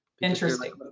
Interesting